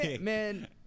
man—